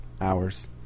hours